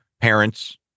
parents